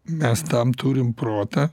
mes tam turim protą